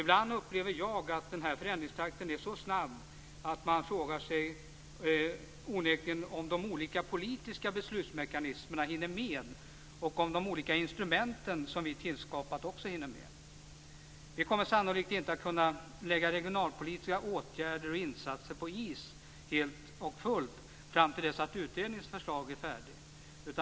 Ibland upplever jag att den här förändringstakten är så snabb att man onekligen frågar sig om de olika politiska beslutsmekanismerna hinner med och om de olika instrument som vi har tillskapat också hinner med. Vi kommer sannolikt inte att kunna lägga regionalpolitiska åtgärder och insatser på is helt och fullt fram till dess att utredningens förslag är färdigt.